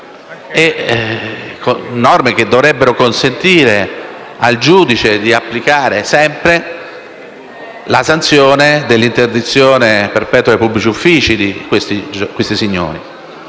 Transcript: norme che dovrebbero consentire al giudice di applicare sempre la sanzione dell'interdizione perpetua dai pubblici uffici nei confronti di questi signori.